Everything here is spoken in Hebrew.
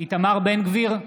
איתמר בן גביר,